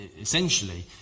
essentially